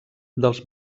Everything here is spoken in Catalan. dels